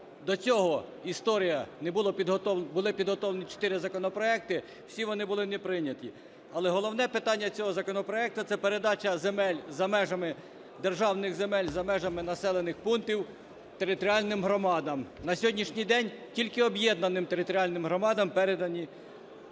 до цього історія… були підготовлені чотири законопроекти, всі вони були не прийняті. Але головне питання цього законопроекту – це передача земель за межами, державних земель за межами населених пунктів територіальним громадам. На сьогоднішній день тільки об'єднаним територіальним громадам передані